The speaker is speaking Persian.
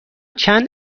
چند